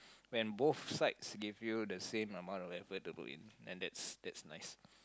when both sides give you the same amount of effort to put in and that's that's nice